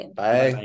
bye